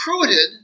recruited